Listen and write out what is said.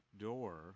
door